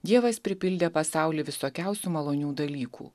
dievas pripildė pasaulį visokiausių malonių dalykų